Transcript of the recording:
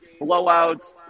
blowouts